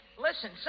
listen